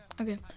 okay